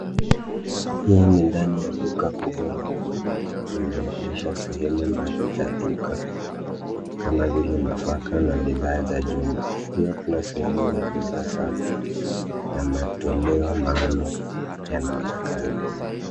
Hii ni ndani ya duka kubwa la Quickmart inaonyesha sehemu mbali za duka kama vile nafaka na bidhaa za jumla . Pia kuna sehemu ya bidhaa safi na matoleo maalum yanaonekana.